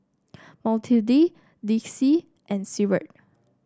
Matilde Dixie and Seward